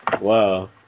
Wow